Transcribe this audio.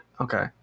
okay